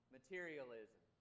Materialism